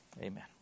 Amen